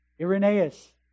Irenaeus